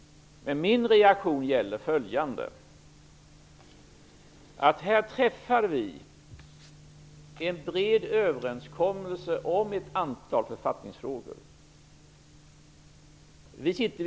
Men min reaktion gäller följande: Här träffar vi en bred överenskommelse om ett antal författningsfrågor.